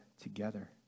together